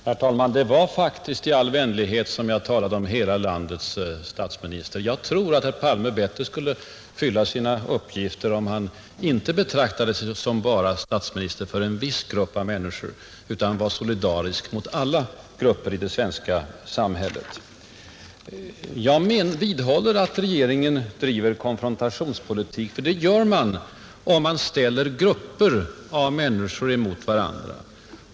Herr talman! Det var faktiskt i all vänlighet som jag talade om hela landets statsminister. Jag tror att herr Palme bättre skulle fylla sina uppgifter om han inte betraktade sig som statsminister bara för en viss grupp av människor utan var solidarisk mot alla grupper i det svenska samhället. Jag vidhåller att regeringen driver en konfrontationspolitik. För det gör man: 1. När man ställer grupper av människor mot varandra.